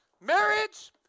Marriage